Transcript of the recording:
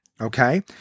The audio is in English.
Okay